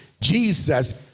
Jesus